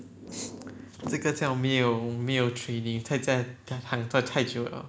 这个叫没有没有 training 在家躺着太久了